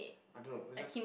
I don't know it's just